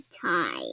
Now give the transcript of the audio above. time